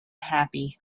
happy